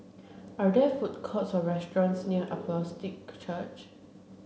are there food courts or restaurants near Apostolic Church